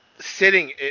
sitting